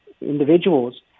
individuals